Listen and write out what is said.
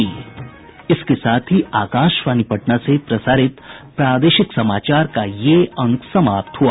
इसके साथ ही आकाशवाणी पटना से प्रसारित प्रादेशिक समाचार का ये अंक समाप्त हुआ